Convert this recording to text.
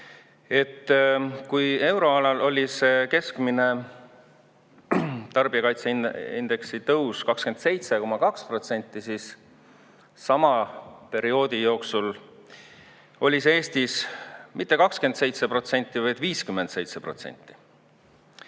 Kui euroalal oli keskmine tarbijahinnaindeksi tõus 27,2%, siis sama perioodi jooksul oli see Eestis mitte 27%, vaid 57%.